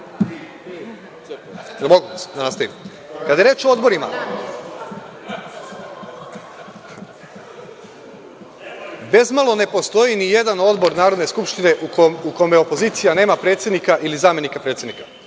li mogu da nastavim? Kada je reč o odborima, bezmalo ne postoji nijedan odbor Narodne skupštine u kome opozicija nema predsednika ili zamenika predsednika.